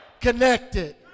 connected